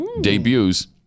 debuts